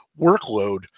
workload